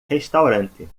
restaurante